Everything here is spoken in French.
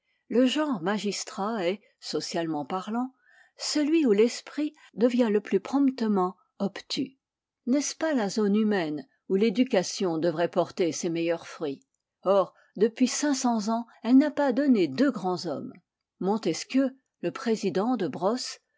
le genre magistrat est socialement parlant celui où l'esprit devient le plus promptement igo theorie obtus n'est-ce pas la zone humaine où l'éducation devrait porter ses meilleurs fruits or depuis cinq cents ans elle n'a pas donné deux grands hommes montesquieu le président de brosses